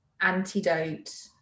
antidote